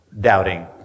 doubting